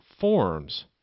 forms